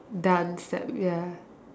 dance step ya